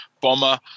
Bomber